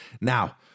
now